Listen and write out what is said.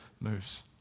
moves